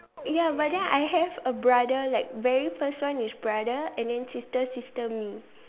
ya but then I have a brother like very first one is brother and then sister sister me